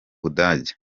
budage